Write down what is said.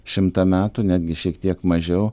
šimtą metų netgi šiek tiek mažiau